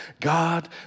God